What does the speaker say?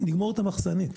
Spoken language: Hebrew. נגמור את המחסנית.